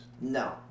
No